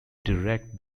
direct